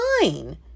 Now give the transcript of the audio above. fine